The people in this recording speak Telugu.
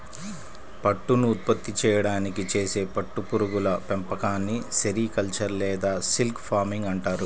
పట్టును ఉత్పత్తి చేయడానికి చేసే పట్టు పురుగుల పెంపకాన్ని సెరికల్చర్ లేదా సిల్క్ ఫార్మింగ్ అంటారు